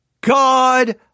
God